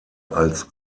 als